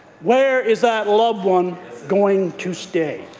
where is that loved one going to stay?